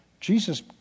Jesus